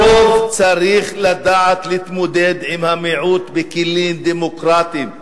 הרוב צריך לדעת להתמודד עם המיעוט בכלים דמוקרטיים,